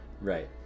Right